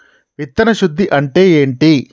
విత్తన శుద్ధి అంటే ఏంటి?